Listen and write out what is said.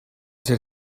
did